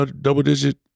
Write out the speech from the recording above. double-digit